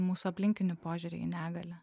mūsų aplinkinių požiūrį į negalią